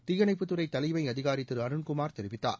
தீயணைப்புத்துறை தலைமை அதிகாரி திரு அருண்குமார் தெரிவித்தார்